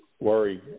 worry